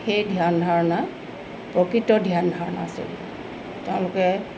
সেই ধ্যান ধাৰণা প্ৰকৃত ধ্যান ধাৰণা আছিল তেওঁলোকে